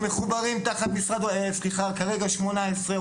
כרגע 18,